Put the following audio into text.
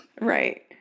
Right